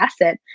asset